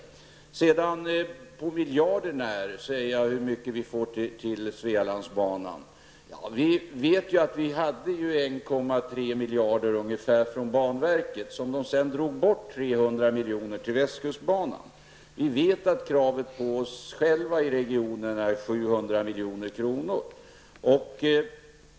När det gäller detta att på miljarden säga hur mycket vi får till Svealandsbanan vill jag understryka att vi vet att vi hade fått ungefär 1,3 miljarder från banverket. Av dessa togs sedan 300 miljoner till Västkustbanan. Vi vet att kravet på oss själva i regionen är 700 miljoner.